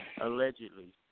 Allegedly